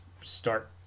start